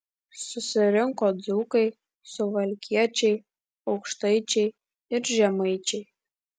susirinko dzūkai suvalkiečiai aukštaičiai ir žemaičiai